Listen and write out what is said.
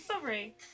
sorry